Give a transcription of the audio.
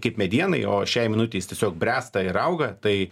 kaip medienai o šiai minutei jis tiesiog bręsta ir auga tai